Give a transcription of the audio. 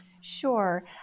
Sure